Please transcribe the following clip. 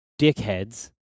dickheads